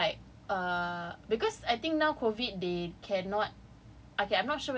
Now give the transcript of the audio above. then they said like err cause I think now COVID they cannot